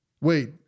Wait